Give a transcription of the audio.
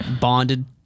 bonded